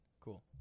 Cool